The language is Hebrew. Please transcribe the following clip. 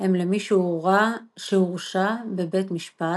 הם למי שהורשע בבית משפט.